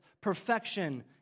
perfection